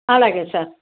అలాగే సార్